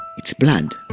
it's blood,